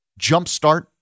jumpstart